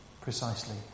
precisely